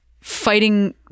fighting